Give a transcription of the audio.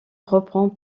reprend